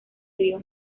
río